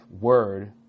word